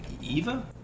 Eva